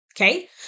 Okay